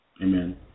Amen